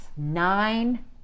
nine